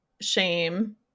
shame